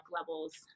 levels